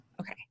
Okay